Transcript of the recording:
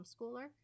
homeschooler